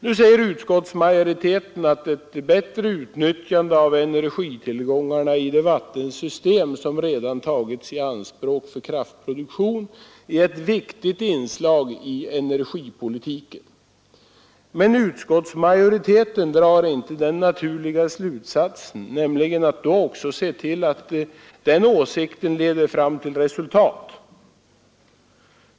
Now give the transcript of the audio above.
Nu säger utskottsmajoriteten att ett bättre utnyttjande av energitillgångarna i de vattensystem som redan tagits i anspråk för kraftproduktion är ett viktigt inslag i energipolitiken. Men utskottsmajoriteten drar inte den naturliga slutsatsen, nämligen att man då också skall se till att den åsikten leder fram till resultat.